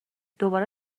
دوباره